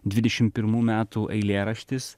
dvidešim pirmų metų eilėraštis